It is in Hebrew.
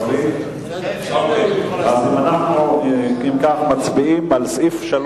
מורידים רק את ההסתייגות או לכל הסעיף?